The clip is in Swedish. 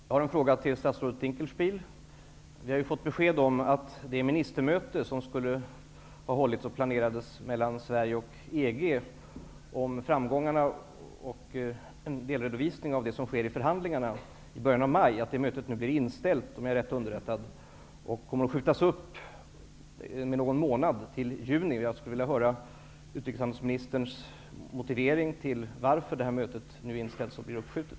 Fru talman! Jag har en fråga till statsrådet Ulf Dinkelspiel. Vi har ju fått besked om att det ministermöte som var planerat att äga rum i början av maj om framgångarna i förhandlingarna mellan Sverige och EG, med en delredovisning av det som sker i förhandingarna, nu är inställt -- om jag är rätt underrättad. Mötet kommer att skjutas upp med någon månad. Jag skulle vilja höra utrikeshandelsministerns motivering till varför mötet blir uppskjutet.